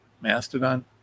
Mastodon